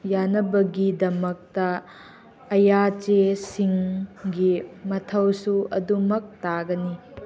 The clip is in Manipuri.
ꯌꯥꯅꯕꯒꯤꯗꯃꯛꯇ ꯑꯌꯥ ꯆꯦꯁꯤꯡꯒꯤ ꯃꯊꯧꯁꯨ ꯑꯗꯨꯃꯛ ꯇꯥꯒꯅꯤ